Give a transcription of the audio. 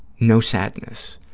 no sadness.